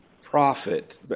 profit